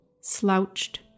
slouched